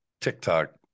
tiktok